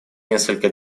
несколько